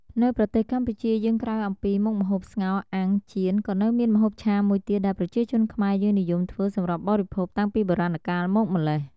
នៅប្រទេសកម្ពុជាយើងក្រៅអំពីមុខម្ហូប ស្ងោរ អាំង ចៀន ក៏នៅមានម្ហូបឆាមួយទៀតដែលប្រជាជនខ្មែរយើងនិយមធ្វើសម្រាប់បរិភោគតាំងពីបុរាណកាលមកម្ល៉េះ។